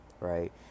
right